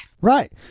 Right